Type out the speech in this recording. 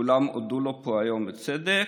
כולם הודו לו פה היום, בצדק.